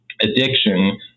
addiction